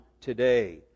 today